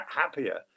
happier